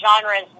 genres